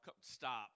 stop